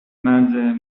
مرز